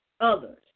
others